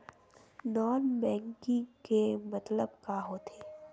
Non banking के मतलब का होथे?